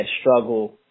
struggle